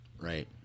right